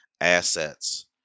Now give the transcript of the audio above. assets